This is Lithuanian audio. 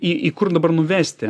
į į kur dabar nuvesti